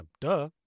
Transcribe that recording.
duh